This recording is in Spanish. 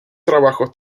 trabajos